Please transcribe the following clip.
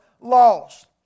lost